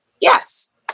Yes